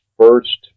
first